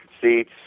seats